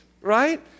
right